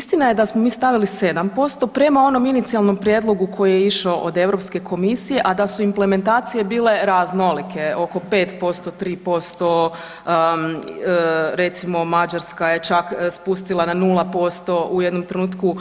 Istina je da smo mi stavili 7% prema onom inicijalnom prijedlogu koji je išao od Europske komisije, a da su implementacije bile raznolike oko 5%, 3%, recimo Mađarska je čak spustila na 0% u jednom trenutku